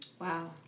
Wow